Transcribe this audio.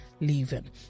leaving